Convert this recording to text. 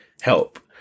help